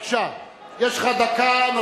יש לך דקה נוספת.